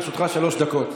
לרשותך שלוש דקות.